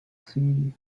sea